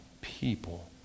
people